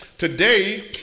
Today